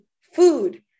food